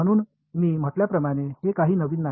म्हणून मी म्हटल्याप्रमाणे हे काही नवीन नाही